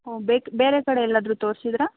ಹೋ ಬೇಕ ಬೇರೆ ಕಡೆ ಎಲ್ಲಾದರು ತೋರಿಸಿದ್ರಾ